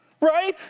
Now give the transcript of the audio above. right